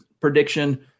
prediction